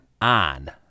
on